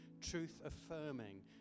truth-affirming